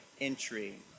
entry